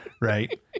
right